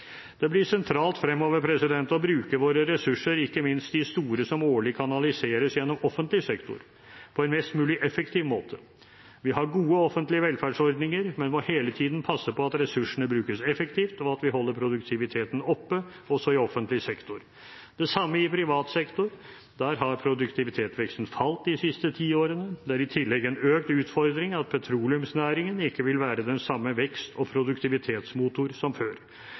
Det blir sentralt fremover å bruke våre ressurser, ikke minst de store som årlig kanaliseres gjennom offentlig sektor, på en mest mulig effektiv måte. Vi har gode offentlige velferdsordninger, men må hele tiden passe på at ressursene brukes effektivt, og at vi holder produktiviteten oppe, også i offentlig sektor. Det samme gjelder i privat sektor. Der har produktivitetsveksten falt de siste ti årene. Det er i tillegg en økt utfordring at petroleumsnæringen ikke vil være den samme vekst- og produktivitetsmotor som før.